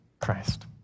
Christ